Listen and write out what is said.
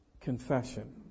Confession